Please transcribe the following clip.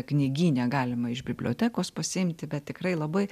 knygyne galima iš bibliotekos pasiimti bet tikrai labai